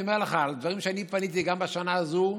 אני אומר לך על דברים שאני פניתי גם בשנה הזו,